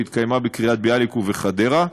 שהתקיימה בקריית-ביאליק ובחדרה.